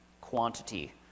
quantity